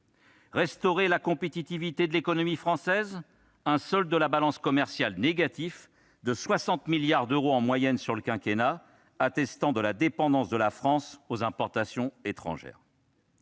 Restaurer la « compétitivité » de l'économie française ? Le solde de la balance commerciale est négatif de 60 milliards d'euros en moyenne sur le quinquennat, attestant la dépendance de la France aux importations étrangères.